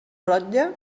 rotlle